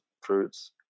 fruits